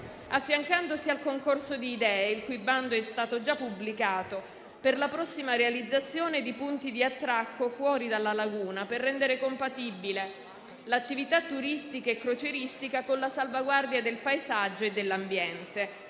affiancandosi al concorso di idee, il cui bando è stato già pubblicato, per la prossima realizzazione di punti di attracco fuori dalla laguna, per rendere compatibile l'attività turistica e crocieristica con la salvaguardia del paesaggio e dell'ambiente.